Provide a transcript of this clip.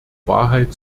wahrheit